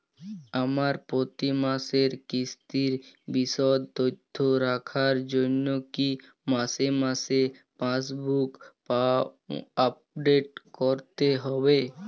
আমার প্রতি মাসের কিস্তির বিশদ তথ্য রাখার জন্য কি মাসে মাসে পাসবুক আপডেট করতে হবে?